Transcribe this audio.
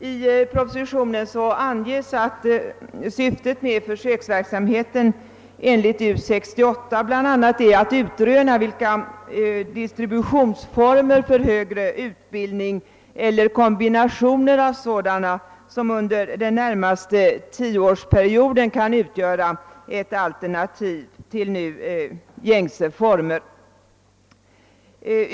I propositionen anges att syftet med försöksverksamheten enligt U 68 bl.a. är att utröna vilka distributionsformer för högre utbildning eller kombinationer av sådana som under den närmaste tioårsperioden kan utgöra ett alternativ till nu gängse former.